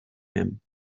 him